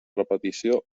repetició